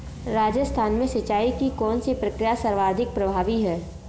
राजस्थान में सिंचाई की कौनसी प्रक्रिया सर्वाधिक प्रभावी है?